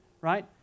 right